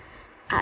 art